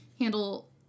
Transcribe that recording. handle